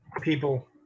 people